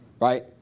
Right